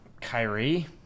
Kyrie